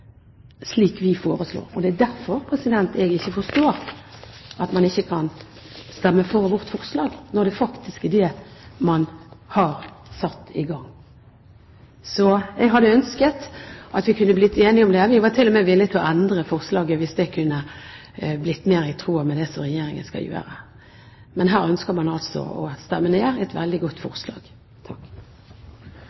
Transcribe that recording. slik vi foreslår. Det er derfor jeg ikke forstår at man ikke kan stemme for vårt forslag – når det faktisk er det man har satt i gang. Jeg hadde ønsket at vi kunne blitt enige om dette. Vi var til og med villig til å endre forslaget slik at det kunne blitt mer i tråd med det som Regjeringen skal gjøre. Men her ønsker man altså å stemme ned et veldig godt